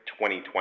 2020